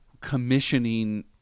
commissioning